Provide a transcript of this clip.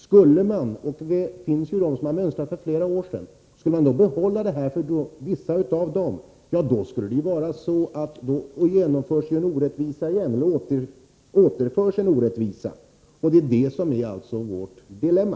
Skulle man för vissa av dem som mönstrat för flera år sedan behålla det gamla systemet, då skulle en orättvisa återinföras — och det är vårt dilemma.